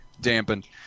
dampened